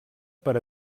per